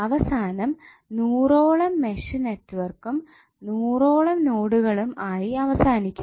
അവസാനം നൂറോളം മെഷ് നെറ്റ് വർക്കും നൂറോളം നോഡുകളും ആയി അവസാനിക്കും